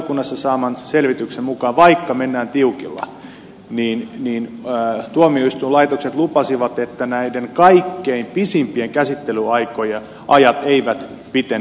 valiokunnassa saadun selvityksen mukaan vaikka mennään tiukilla tuomioistuinlaitokset lupasivat että näiden kaikkein pisimpien käsittelyaikojen ajat eivät pitene